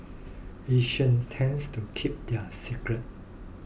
Asians tends to keep their secrets